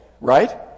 right